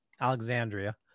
Alexandria